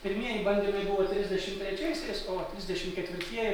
pirmieji bandymai buvo trisdešim trečiaiaisiais o trisdešim ketvirtieji